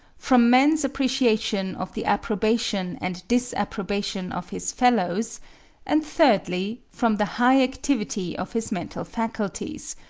from man's appreciation of the approbation and disapprobation of his fellows and thirdly, from the high activity of his mental faculties,